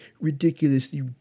ridiculously